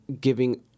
giving –